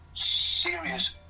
serious